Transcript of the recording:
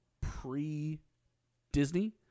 pre-Disney